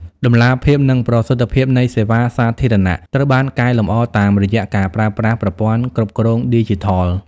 តម្លាភាព និងប្រសិទ្ធភាពនៃសេវាសាធារណៈត្រូវបានកែលម្អតាមរយៈការប្រើប្រាស់ប្រព័ន្ធគ្រប់គ្រងឌីជីថល។